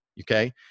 Okay